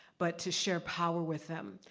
but to share power with them,